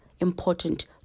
important